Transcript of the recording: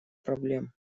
проблем